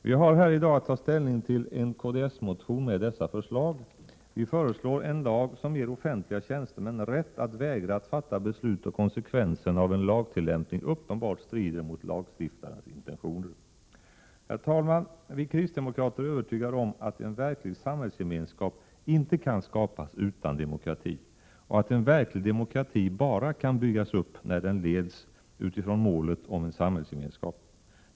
Vi har här i dag att ta ställning till en kds-motion med detta förslag. Vi föreslår en lag som ger offentliga tjänstemän rätt att vägra att fatta beslut, då konsekvenserna av en lagtillämpning uppenbart strider mot lagstiftarens intentioner. Herr talman! Vi kristdemokrater är övertygade om att en verklig samhällsgemenskap inte kan skapas utan demokrati och att en verklig demokrati bara kan byggas upp när den leds utifrån målet om en samhällsgemenskap.